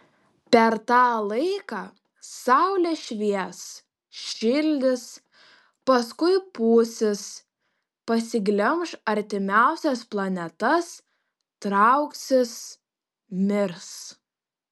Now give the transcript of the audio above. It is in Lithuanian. per tą laiką saulė švies šildys paskui pūsis pasiglemš artimiausias planetas trauksis mirs